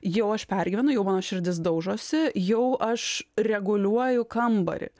jau aš pergyvenu jau mano širdis daužosi jau aš reguliuoju kambarį